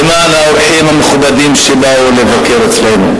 למען האורחים המכובדים שבאו לבקר אצלנו,